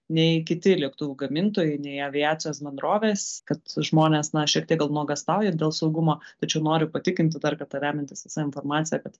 nei kiti lėktuvų gamintojai nei aviacijos bendrovės kad žmonės na šiek gal nuogąstauja dėl saugumo tačiau noriu patikinti dar kartą remiantis visa informacija kad